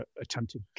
attempted